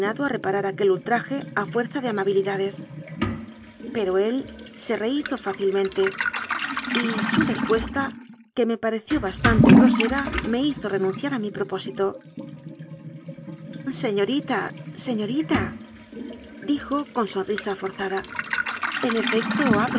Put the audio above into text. reparar aquel ultraje a fuerza de amabilidades pero él se rehi zo fácilmente y su respuesta que me pareció bas tante grosera me hizo renunciar a mi propósitoseñorita señoritadijo con sonrisa forzada en efecto